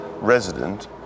resident